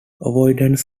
avoidance